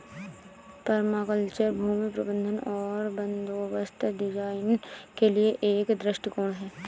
permaculture भूमि प्रबंधन और बंदोबस्त डिजाइन के लिए एक दृष्टिकोण है